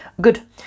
Good